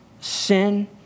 sin